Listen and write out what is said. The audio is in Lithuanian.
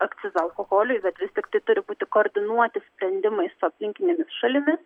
akcizą alkoholiui bet vis tiktai turi būti koordinuoti sprendimai su aplinkinėmis šalimis